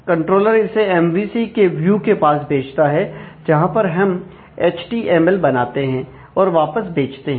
controller इसे MVC के view के पास भेजता है जहां पर हम एचटीएमएल बनाते हैं और वापस भेजते हैं